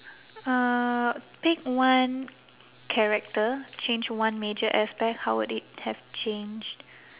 uh pick one character change one major aspect how would it have changed